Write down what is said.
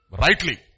rightly